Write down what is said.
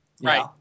Right